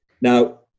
Now